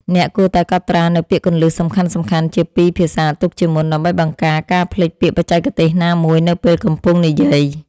អ្នកគួរតែកត់ត្រានូវពាក្យគន្លឹះសំខាន់ៗជាពីរភាសាទុកជាមុនដើម្បីបង្ការការភ្លេចពាក្យបច្ចេកទេសណាមួយនៅពេលកំពុងនិយាយ។